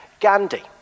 Gandhi